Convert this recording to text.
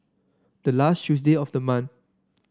the last Tuesday of the month